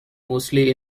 mostly